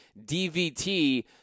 DVT